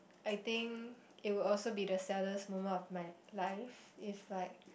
I think it will also be the saddest moment of my life if like